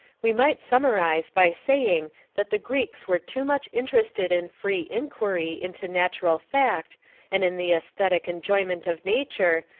we might summarize by saying that the greeks were too much interested in free inquiry into natural fact and in the aesthetic enjoyment of nature,